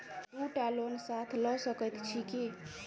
दु टा लोन साथ लऽ सकैत छी की?